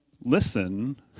listen